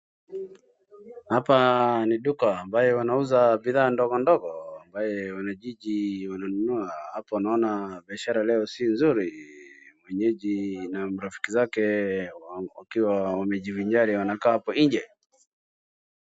Hapa ni duka ambayo wanauza bidhaa ndogo ndogo ambaye wanajiji wananunua. Hapo naona biashara leo si nzuri mwenyeji na marafiki zake wakiwa wamejivijali wamekaa hapo nje.